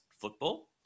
football